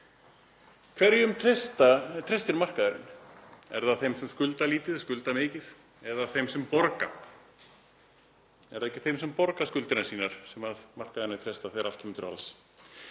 hverjum treystir markaðurinn? Er það þeim sem skulda lítið, skulda mikið eða þeim sem borga? Er það ekki þeim sem borga skuldirnar sínar sem markaðirnir treysta þegar allt kemur til alls?